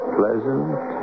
pleasant